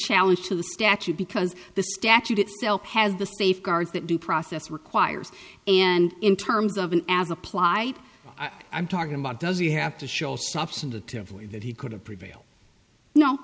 challenge to the statute because the statute itself has the safeguards that due process requires and in terms of an as apply i'm talking about does he have to show stops in the temporary that he could have prevailed no